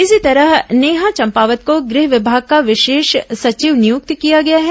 इसी तरह नेहा चंपावत को गृह विभाग का विशेष सचिव नियुक्त किया गया है